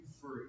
free